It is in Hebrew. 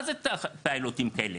מה זה פיילוטים כאלה?